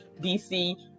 DC